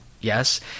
Yes